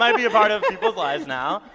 might be a part of people's lives now.